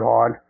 God